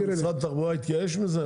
משרד התחבורה התייאש מזה?